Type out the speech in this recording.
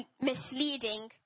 misleading